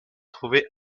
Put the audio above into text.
trouver